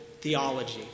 theology